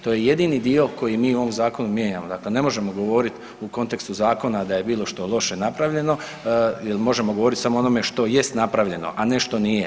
To je jedini dio koji mi u ovom zakonu mijenjamo, dakle ne možemo govoriti u kontekstu zakona da je bilo što loše napravljeno jer možemo govoriti samo o onome što jest napravljeno a ne što nije.